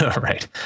Right